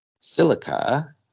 Silica